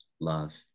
love